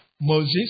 Moses